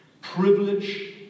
privilege